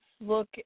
look